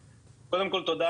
קודם כל, תודה